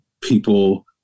people